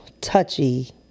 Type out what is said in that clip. touchy